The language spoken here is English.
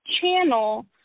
channel